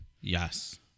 Yes